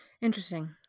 Interesting